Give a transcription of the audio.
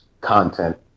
content